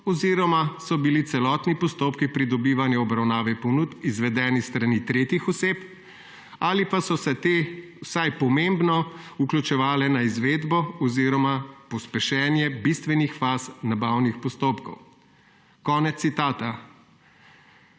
oziroma so bili celotni postopki pridobivanja obravnave ponudb izvedeni s strani tretjih oseb ali pa so se te vsaj pomembno vključevale v izvedbo oziroma pospešenje bistvenih faz nabavnih postopkov.« Konec citata.